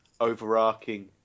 overarching